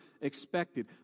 expected